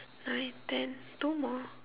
nine ten two more